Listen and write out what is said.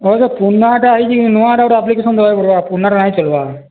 ଅବଶ୍ୟ ପୁର୍ଣାଟା ହେଇଛି କିନି ନୂଆଟା ଗୋଟେ ଆପ୍ଲିକେସନ୍ ଦେବାକେ ପଡ଼୍ବା ପୁର୍ଣାଟା ନାଇଁ ଚଲ୍ବା